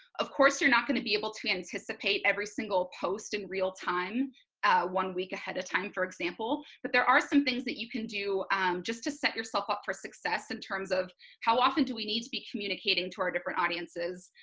of course you're not going to be able to anticipate every single post in real time one week ahead of time for example but there are some things that you can do just to set yourself up for success in terms of how often do we need to be communicating to our different audiences,